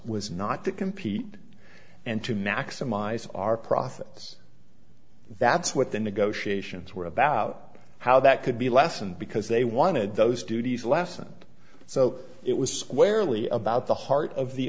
was not to compete and to maximize our profits that's what the negotiations were about how that could be lessened because they wanted those duties lessened so it was squarely about the heart of the